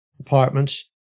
Apartments